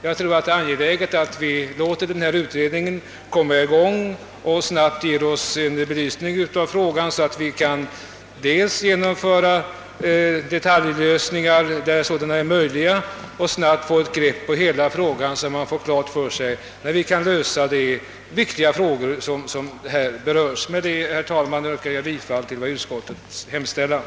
Det är angeläget att vi låter denna utredning komma igång och ge oss en belysning av frågan, så att vi kan genomföra detaljlösningar, där sådana är möjliga, och snabbt få ett grepp om hela problemet för att få klart för oss när vi kan lösa de viktiga spörsmål som här berörs. Med dessa ord, herr talman, ber jag att få yrka bifall till utskottets hemställan.